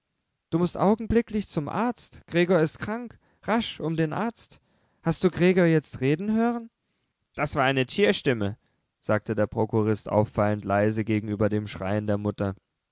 du mußt augenblicklich zum arzt gregor ist krank rasch um den arzt hast du gregor jetzt reden hören das war eine tierstimme sagte der prokurist auffallend leise gegenüber dem schreien der mutter